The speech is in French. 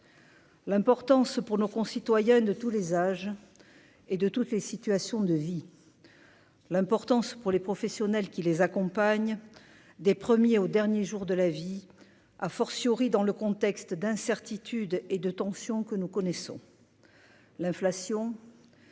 L'importance pour nos concitoyens de tous les âges et de toutes les situations de vie l'importance pour les professionnels qui les accompagnent des premiers, au dernier jour de la vie, à fortiori dans le contexte d'incertitude et de tension que nous connaissons l'inflation,